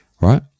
right